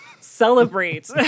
celebrate